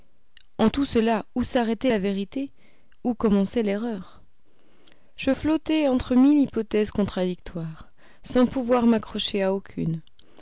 en tout cela où s'arrêtait la vérité où commençait l'erreur je flottais entre mille hypothèses contradictoires sans pouvoir m'accrocher à aucune